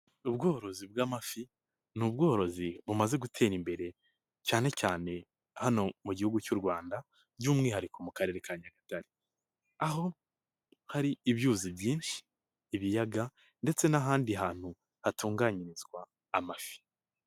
Ubworozi bw'amafi ni ubworozi bumaze gutera imbere cyane cyane hano mu gihugu cy'u Rwanda by'umwihariko mu Karere ka Nyagatare, aho hari ibyuzi byinshi ibiyaga ndetse n'ahandi hantu hatunganyirizwa amafi.